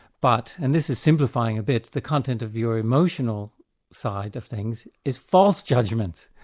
but, and this is simplifying a bit, the content of your emotional side of things is false judgment,